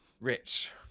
Rich